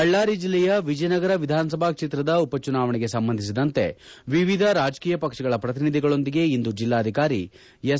ಬಳ್ಳಾರಿ ಜಿಲ್ಲೆಯ ವಿಜಯನಗರ ವಿಧಾನಸಭಾ ಕ್ಷೇತ್ರದ ಉಪಚುನಾವಣೆಗೆ ಸಂಬಂಧಿಸಿದಂತೆ ವಿವಿಧ ರಾಜಕೀಯ ಪಕ್ಷಗಳ ಪ್ರತಿನಿಧಿಗಳೊಂದಿಗೆ ಇಂದು ಜಿಲ್ಲಾಧಿಕಾರಿ ಎಸ್